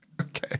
Okay